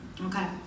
Okay